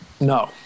no